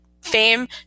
fame